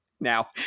now